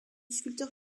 sculpteur